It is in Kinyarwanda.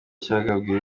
cyagabwe